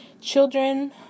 children